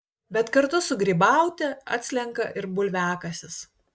bet kartu su grybaute atslenka ir bulviakasis